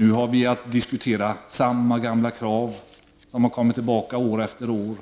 Nu har vi att diskutera samma gamla krav som har kommit tillbaka år efter år.